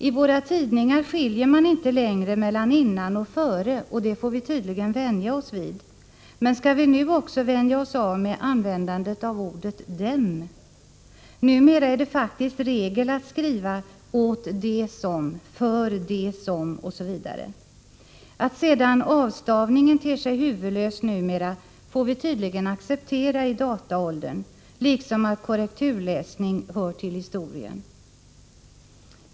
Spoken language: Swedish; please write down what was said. I våra tidningar skiljer man inte längre mellan ”innan” och ”före”, och det får vi tydligen vänja oss vid. Men skall vi nu också vänja oss av med användandet av ordet ”dem”? Numera är det faktiskt regel att skriva ”åt de som”, ”för de som” osv. Att sedan avstavningen ter sig huvudlös numera får vi tydligen acceptera i dataåldern, liksom att korrekturläsning hör till historien.